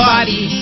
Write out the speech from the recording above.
body